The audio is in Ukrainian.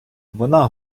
вона